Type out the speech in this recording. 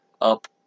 up